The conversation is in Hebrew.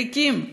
ריקים.